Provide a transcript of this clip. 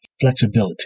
flexibility